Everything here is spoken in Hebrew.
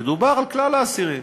מדובר על כלל האסירים